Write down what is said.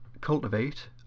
Cultivate